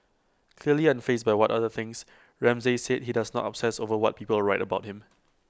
clearly unfazed by what others think Ramsay said he does not obsess over what people write about him